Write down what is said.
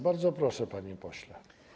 Bardzo proszę, panie pośle.